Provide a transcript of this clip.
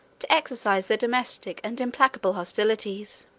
to exercise their domestic and implacable hostilities.